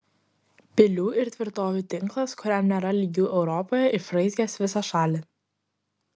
pilių ir tvirtovių tinklas kuriam nėra lygių europoje išraizgęs visą šalį